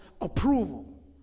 approval